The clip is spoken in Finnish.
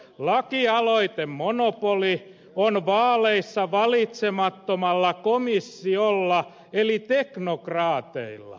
lakialoitemonopoli on vaaleissa valitsemattomalla komissiolla eli teknokraateilla